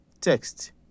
Text